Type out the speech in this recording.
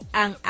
ang